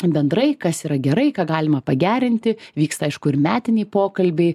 bendrai kas yra gerai ką galima pagerinti vyksta aišku ir metiniai pokalbiai